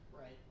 Right